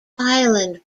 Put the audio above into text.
island